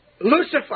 Lucifer